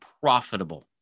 profitable